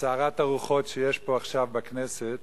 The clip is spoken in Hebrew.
לסערת הרוחות שיש פה עכשיו בכנסת,